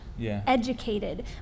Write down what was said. educated